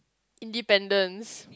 independence